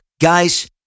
Guys